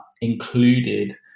included